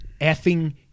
effing